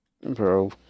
Bro